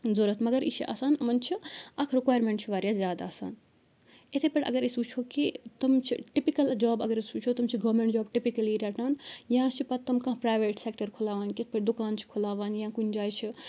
ضوٚرتھ مگر یہِ چھِ آسان یِمن چھِ اکھ رٕکویرمینٹ چھ واریاہ زیادٕ آسان اِتھے پٲٹھۍ اگر أسۍ وٕچھو کہِ تم چھِ ٹِپِکَل جاب اگر أسۍ وٕچھو ٕم چھِ گورمینٹ جاب ٹِپِکٔلی رَٹان یا اَسہِ چھ پتہٕ تم کانٛہہ پریویٹ سیٚکٹر کھُلاوان اِتھ پٲٹھۍ دُکان چھِ کھُلاوان یا کُنہِ جایہِ چھِ